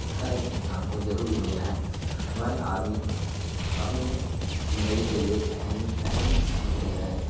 ہر ایک انسان کو ضروری ہو گیا ہے موائل آدمی اپنے زندگی کے لیے ایک اہم سمجھ لیا ہے